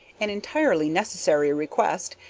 an entirely necessary request,